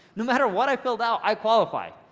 no matter what i filled out, i qualify.